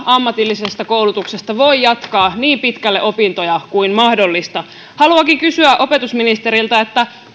ammatillisesta koulutuksesta voi jatkaa opintoja niin pitkälle kuin mahdollista haluankin kysyä opetusministeriltä